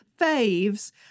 Faves